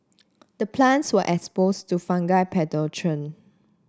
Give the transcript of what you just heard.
the plants were exposed to fungal